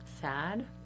Sad